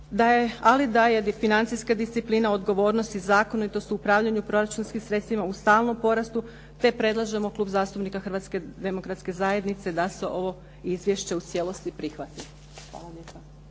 ali da je financijska disciplina, odgovornost i zakonitost u upravljanju proračunskim sredstvima u stalnom porastu, te predlažemo Klub zastupnika Hrvatske demokratske zajednice da se ovo izvješće u cijelosti prihvati.